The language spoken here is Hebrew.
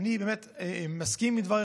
אני באמת מסכים עם דבריכם.